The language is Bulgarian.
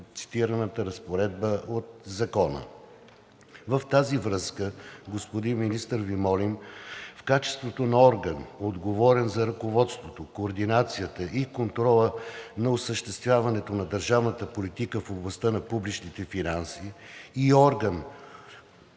В тази връзка, господин Министър, Ви молим в качеството Ви на орган, отговорен за ръководството, координацията и контрола на осъществяването на държавната политика в областта на публичните финанси, и орган,